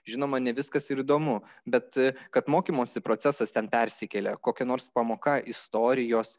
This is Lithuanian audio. žinoma ne viskas ir įdomu bet kad mokymosi procesas ten persikėlė kokia nors pamoka istorijos